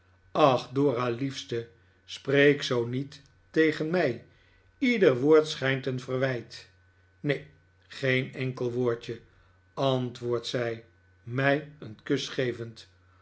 ach dora liefste spreek zoo niet tegen mij leder woord schijnt een verwijt neen geen enkel woordje antwoordt zij mij een kus gevend